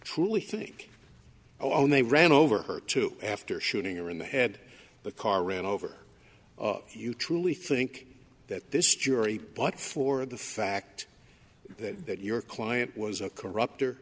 truly think oh and they ran over her too after shooting or in the head the car ran over you truly think that this jury bought for the fact that that your client was a corrupt